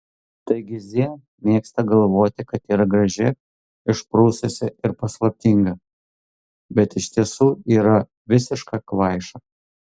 taigi z mėgsta galvoti kad yra graži išprususi ir paslaptinga bet iš tiesų yra visiška kvaiša